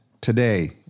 today